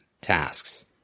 tasks